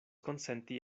konsenti